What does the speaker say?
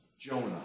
Jonah